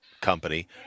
company